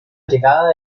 llegada